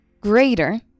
greater